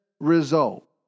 result